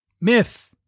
Myth